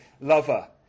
lover